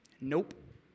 Nope